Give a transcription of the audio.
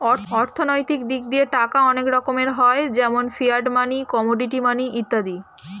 অর্থনৈতিক দিক দিয়ে টাকা অনেক রকমের হয় যেমন ফিয়াট মানি, কমোডিটি মানি ইত্যাদি